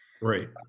right